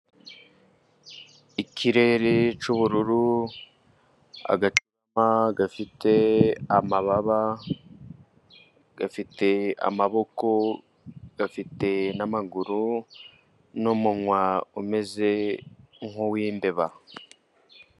Ikirere cy'ubururu ,agacurama gafite amababa, gafite amaboko ,gafite n'amaguru n'umunwa umeze nk'uw'imbeba.